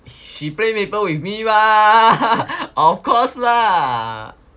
she play Maple with me mah